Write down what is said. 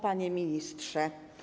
Panie Ministrze!